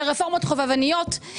ברפורמות חובבניות,